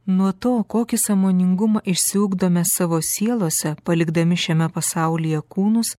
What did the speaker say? nuo to kokį sąmoningumą išsiugdome savo sielose palikdami šiame pasaulyje kūnus